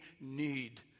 need